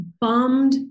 bummed